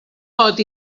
pot